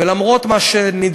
ולמרות מה שאמר,